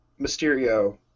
Mysterio